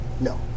No